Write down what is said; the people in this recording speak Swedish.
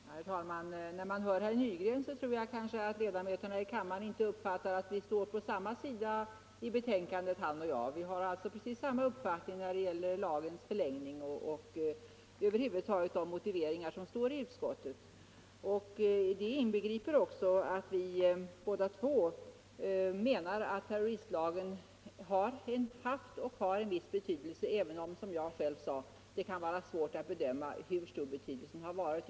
Herr talman! När jag hör herr Nygren tror jag att ledamöterna i kammaren kanske inte uppfattar att han och jag står på samma sida i betänkandet. Vi har alltså precis samma uppfattning när det gäller lagens förlängning och över huvud taget de motiveringar som står i utskottsbetänkandet. Det inbegriper också att vi båda menar att terroristlagen har haft och har en viss betydelse även om det, som jag själv sade, kan vara svårt att bedöma hur stor betydelsen har varit.